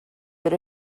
that